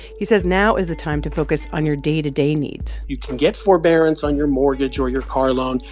he says now is the time to focus on your day-to-day needs you can get forbearance on your mortgage or your car loan.